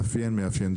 מאפיין-מאפיין,